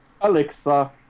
Alexa